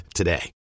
today